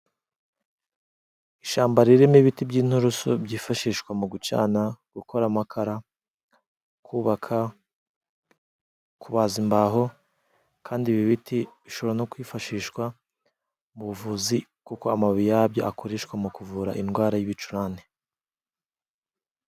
Isyamba ririmo ibiti by'inturusu byifashishwa mu gucana, gukora amakara, kubaka, kubaza imbaho, kandi ibi biti bishobora no kwifashishwa mu buvuzi kuko amababi yabyo akoreshwa mu kuvura indwara y'ibicurane.